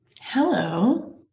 Hello